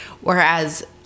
Whereas